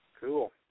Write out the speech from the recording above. Cool